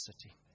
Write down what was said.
city